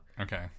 Okay